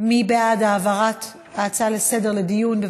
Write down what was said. אבל בסדר, אדוני, אני מבין את השליחות שלך, צר לי.